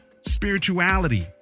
spirituality